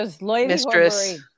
mistress